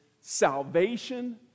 Salvation